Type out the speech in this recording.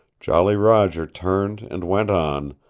jolly roger turned and went on,